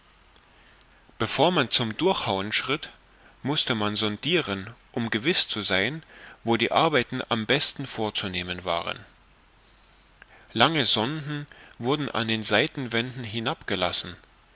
bevor man zum durchhauen schritt mußte man sondiren um gewiß zu sein wo die arbeiten am besten vorzunehmen waren lange sonden wurden an den seitenwänden hinab